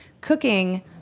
cooking